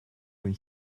when